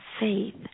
faith